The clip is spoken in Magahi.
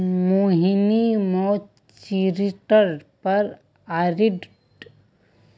मोहिनी मैच्योरिटीर पर आरडीक एफ़डीत बदलवार तरीका मो से पूछले